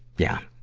yeah.